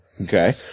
okay